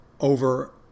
Over